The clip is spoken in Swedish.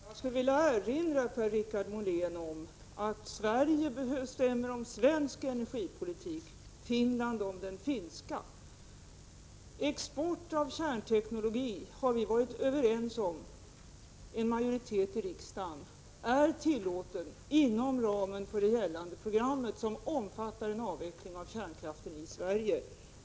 Fru talman! Jag skulle vilja erinra Per-Richard Molén om att Sverige bestämmer om svensk energipolitik, Finland om den finska. Export av kärnteknologi, har en majoritet i riksdagen beslutat, är tillåten inom ramen för det gällande programmet, som omfattar en avveckling av kärnkraften i Sverige.